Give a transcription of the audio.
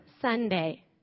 Sunday